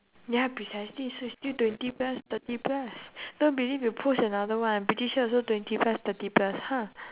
ya precisely so it's still twenty plus thirty plus don't believe you post another one I'm pretty sure also twenty plus thirty plus ha